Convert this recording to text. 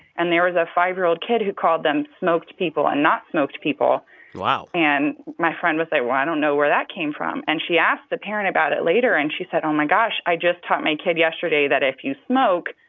and there was a five year old kid who called them smoked people and not smoked people wow and my friend was like, well, i don't know where that came from. and she asked the parent about it later. and she said, oh, my gosh. i just taught my kid yesterday that if you smoke,